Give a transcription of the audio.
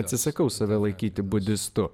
atsisakau save laikyti budistu